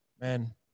man